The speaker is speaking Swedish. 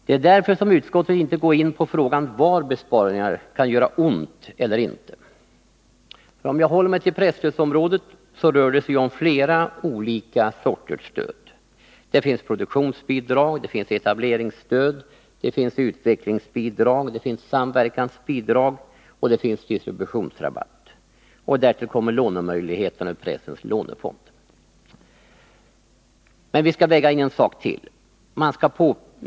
Det är därför som utskottet inte går in på frågan var besparingar kan göra ont eller inte. Om man håller sig till presstödsområdet finner man att det rör sig om flera olika sorters stöd. Det finns produktionsbidrag, etableringsstöd, utvecklingsbidrag, samverkansbidrag och distributionsrabatt. Därtill kommer lånemöjligheterna ur pressens lånefond. Men vi skall väga in ytterligare en sak.